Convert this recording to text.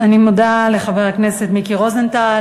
אני מודה לחבר הכנסת מיקי רוזנטל.